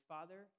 Father